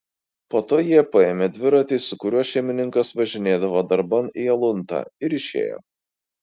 po to jie paėmė dviratį su kuriuo šeimininkas važinėdavo darban į aluntą ir išėjo